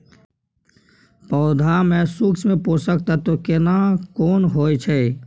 पौधा में सूक्ष्म पोषक तत्व केना कोन होय छै?